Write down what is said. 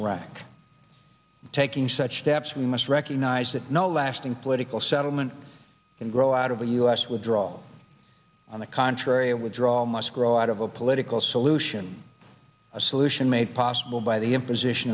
iraq taking such steps we must recognize that no lasting political settlement can grow out of a us withdrawal on the contrary a withdrawal must grow out of a political solution a solution made possible by the imposition